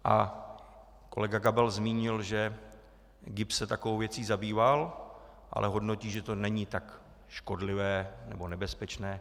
A kolega Gabal zmínil, že GIBS se takovou věcí zabýval, ale hodnotí, že to není tak škodlivé nebo nebezpečné.